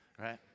right